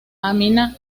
amina